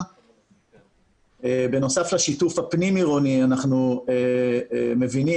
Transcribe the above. בנוסף לשיתוף הפנים-עירוני אנחנו מבינים